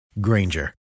Granger